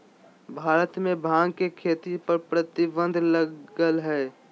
भारत में भांग के खेती पर प्रतिबंध लगल हइ